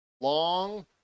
long